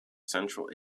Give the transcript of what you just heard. central